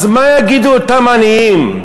אז מה יגידו אותם עניים?